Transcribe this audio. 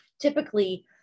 Typically